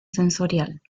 sensorial